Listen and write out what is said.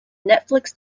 netflix